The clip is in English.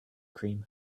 cream